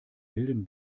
milden